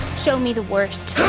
show me the worst.